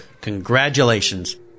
congratulations